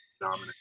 Dominant